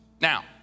Now